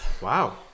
Wow